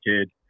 kid